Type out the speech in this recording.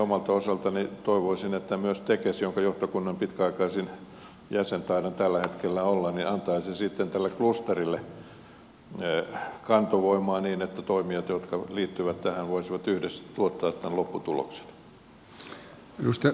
omalta osaltani toivoisin että myös tekes jonka johtokunnan pitkäaikaisin jäsen taidan tällä hetkellä olla antaisi sitten tälle klusterille kantovoimaa niin että toimijat jotka liittyvät tähän voisivat yhdessä tuottaa tämän lopputuloksen